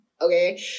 Okay